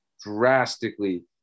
drastically